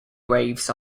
waves